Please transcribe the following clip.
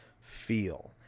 feel